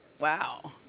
wow.